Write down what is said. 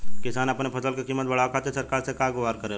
किसान अपने फसल क कीमत बढ़ावे खातिर सरकार से का गुहार करेला?